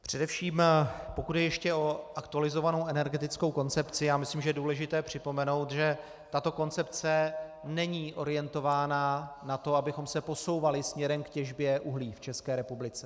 Především pokud jde ještě o aktualizovanou energetickou koncepci, myslím, že je důležité připomenout, že tato koncepce není orientována na to, abychom se posouvali směrem k těžbě uhlí v České republice.